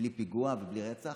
בלי פיגוע ובלי רצח.